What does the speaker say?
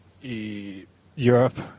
Europe